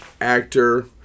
actor